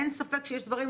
אין לי ספק שיש דברים,